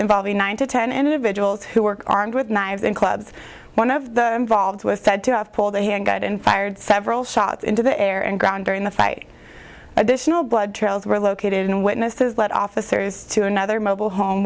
involving nine to ten individuals who were armed with knives and clubs one of the volves was said to have pulled the hand god and fired several shots into the air and ground during the fight additional blood trails were located and witnesses led officers to another mobile home